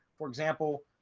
for example,